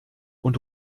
und